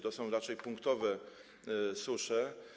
To są raczej punktowe susze.